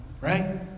right